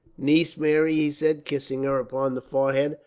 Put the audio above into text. niece mary, he said, kissing her upon the forehead,